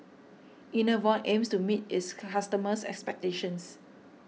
Enervon aims to meet its customers' expectations